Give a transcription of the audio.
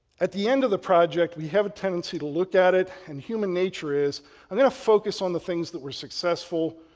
at the end of the project, have a tendency to look at it and human nature is i'm going to focus on the things that were successful,